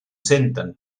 senten